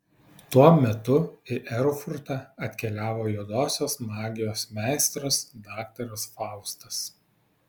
tuo metu į erfurtą atkeliavo juodosios magijos meistras daktaras faustas